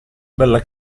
bella